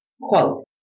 Quote